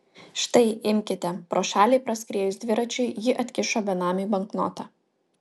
štai imkite pro šalį praskriejus dviračiui ji atkišo benamiui banknotą